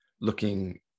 looking